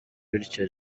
bityo